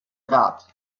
rat